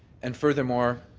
and further more,